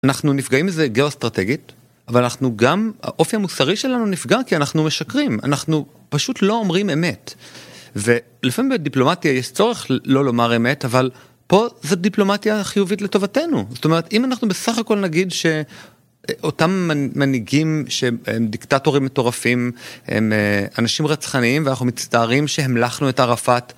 אנחנו נפגעים מזה גאו-אסטרטגית, אבל אנחנו גם, האופי המוסרי שלנו נפגע כי אנחנו משקרים, אנחנו פשוט לא אומרים אמת. ולפעמים בדיפלומטיה יש צורך לא לומר אמת, אבל פה זו דיפלומטיה חיובית לטובתנו. זאת אומרת, אם אנחנו בסך הכול נגיד שאותם מנהיגים שהם דיקטטורים מטורפים, הם אנשים רצחניים ואנחנו מצטערים שהמלכנו את ערפאת